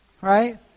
right